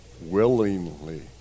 willingly